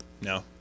No